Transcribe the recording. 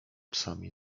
psami